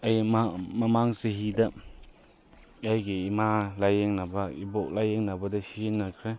ꯑꯩ ꯃꯃꯥꯡ ꯆꯍꯤꯗ ꯑꯩꯒꯤ ꯏꯃꯥ ꯂꯥꯏꯌꯦꯡꯅꯕ ꯏꯕꯣꯛ ꯂꯥꯏꯌꯦꯡꯅꯕꯗ ꯁꯤꯖꯤꯟꯅꯈ꯭ꯔꯦ